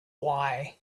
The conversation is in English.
why